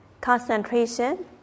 concentration